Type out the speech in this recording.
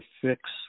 fix